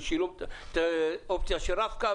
של שילוב אופציה של רב-קו,